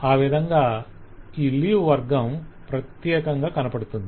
ఆ విధంగా ఈ లీవ్ వర్గం ప్రత్యేకంగా కనపడుతుంది